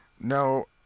No